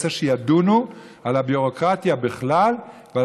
אני רוצה שידונו על הביורוקרטיה בכלל ועל